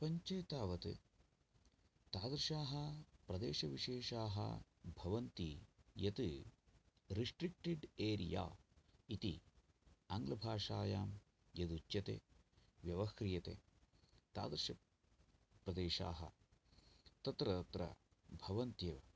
प्रपञ्चे तावत् तादृशाः प्रदेशविशेषाः भवन्ति यत् रिस्ट्रिक्टेड् एरिया इति आङ्ग्लभाषायां यदुच्यते व्यवह्रियते तादृशप्रदेशाः तत्र तत्र भवन्ति एव